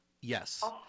Yes